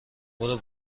برو